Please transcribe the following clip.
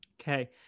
okay